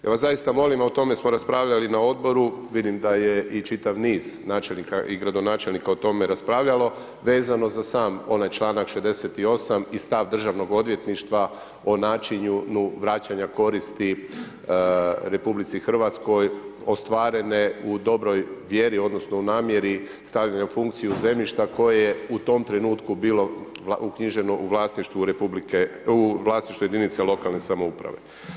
Ja vas zaista molim, a o tome smo raspravljali na odboru, vidim da je i čitav niz načelnika i gradonačelnika o tome raspravljalo vezano za sam onaj članak 68. i stav Državnog odvjetništva o načinu vraćanja koristi RH ostvarene u dobroj vjeri odnosno u namjeri stavljene u funkciju zemljišta koje je u tom trenutku bilo uknjiženo u vlasništvu jedinice lokalne samouprave.